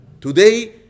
Today